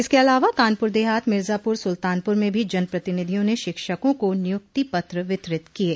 इसके अलावा कानपुर देहात मिर्जापुर सुल्तानपुर में भी जनप्रतिनिधियों ने शिक्षकों को नियक्ति पत्र वितरित किये